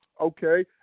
okay